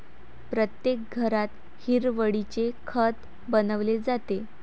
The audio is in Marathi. प्रत्येक घरात हिरवळीचे खत बनवले जाते